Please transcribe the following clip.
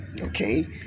Okay